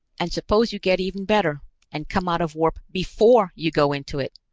and suppose you get even better and come out of warp before you go into it?